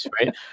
right